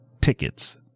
tickets